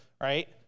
right